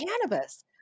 cannabis